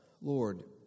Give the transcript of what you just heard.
Lord